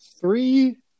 three